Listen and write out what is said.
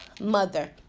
mother